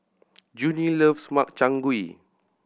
Junie loves Makchang Gui